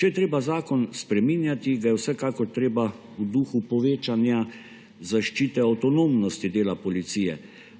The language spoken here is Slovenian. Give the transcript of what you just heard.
Če je treba zakon spreminjati, ga je vsekakor treba v duhu povečanja zaščite avtonomnosti dela policije,